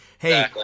Hey